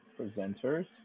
presenters